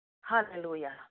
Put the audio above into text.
Hallelujah